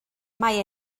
mae